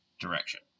direction